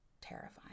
terrifying